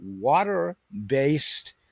water-based